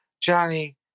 Johnny